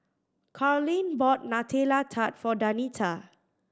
Karlene bought Nutella Tart for Danita